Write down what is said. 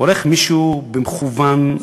והולך מישהו במכוון,